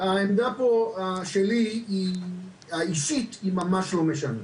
העמדה פה שלי האישית, היא ממש לא משנה.